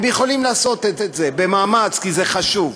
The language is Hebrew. הם יכולים לעשות את זה, במאמץ, כי זה חשוב.